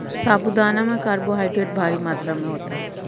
साबूदाना में कार्बोहायड्रेट भारी मात्रा में होता है